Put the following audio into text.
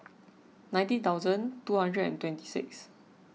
ninety thousand two hundred and twenty six